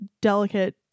delicate